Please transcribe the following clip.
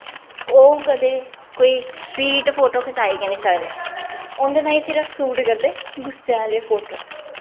ओह् कदें कोई स्वीट फोटो खचाई गै निं सकदे उं'दे ताई सिर्फ सूट करदे गुस्से आह्ले फोटो